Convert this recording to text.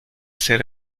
ser